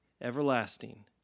everlasting